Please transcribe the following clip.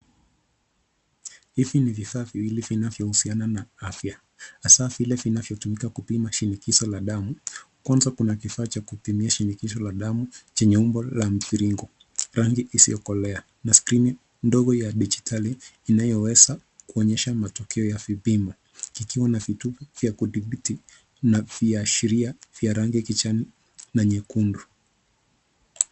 Hivi ni vifaa viwili vinavyohusiana na afya, hasa vile vinavyotumika kupima shinikizo la damu. Kwanza kuna kifaa cha kupimia shinikizo la damu chenye umbola mviringo, rangi isiyokolea na skrini ndogo ya dijitali inayoweza kuonyesha matokea ya vipimo kikiwa na vitu vya kudhibiti na viashiria vya rangi ya kijani na nyekundu.